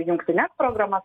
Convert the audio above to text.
jungtines programas